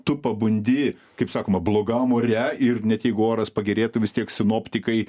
tu pabundi kaip sakoma blogam ore ir net jeigu oras pagerėtų vis tiek sinoptikai